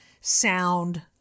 sound